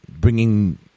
bringing